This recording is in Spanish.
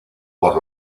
por